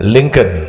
Lincoln